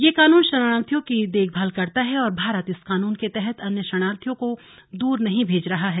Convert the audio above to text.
यह कानून शरणार्थियों की देखभाल करता है और भारत इस कानून के तहत अन्य शरणार्थियों को दूर नहीं भेज रहा है